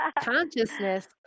consciousness